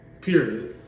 Period